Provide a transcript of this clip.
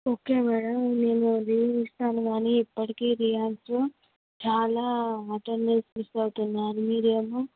okay madam నేను leave ఇస్తాను కానీ ఇప్పటికి రియాన్స్ చాలా అటెండన్స్ మిస్ అవుతున్నారు మీరు ఏమో